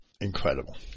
Incredible